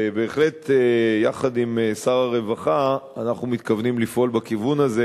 ובהחלט יחד עם שר הרווחה לפעול בכיוון הזה,